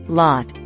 lot